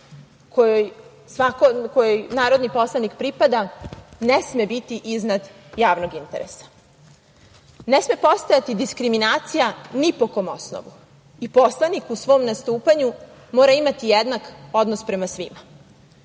kojoj narodni poslanik pripada ne sme biti iznad javnog interesa. Ne sme postojati diskriminacija ni po kom osnovu i poslanik u svom nastupanju mora imati jednak odnos prema svima.